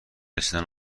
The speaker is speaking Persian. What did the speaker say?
رسیدن